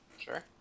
Sure